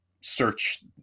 search